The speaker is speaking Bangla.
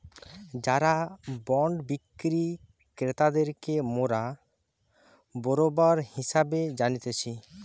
যারা বন্ড বিক্রি ক্রেতাদেরকে মোরা বেরোবার হিসেবে জানতিছে